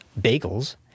bagels